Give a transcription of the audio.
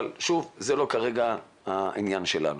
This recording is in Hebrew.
אבל שוב, זה לא כרגע העניין שלנו.